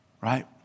right